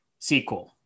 SQL